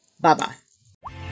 Bye-bye